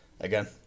again